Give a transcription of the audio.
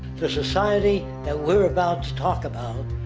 the society, that we're about to talk about,